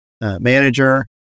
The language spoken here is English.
manager